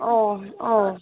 ওহ ওহ